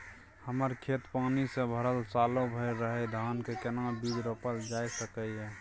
हमर खेत पानी से भरल सालो भैर रहैया, धान के केना बीज रोपल जा सकै ये?